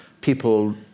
people